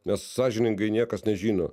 nes sąžiningai niekas nežino